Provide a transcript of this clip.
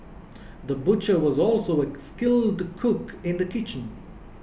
the butcher was also a skilled cook in the kitchen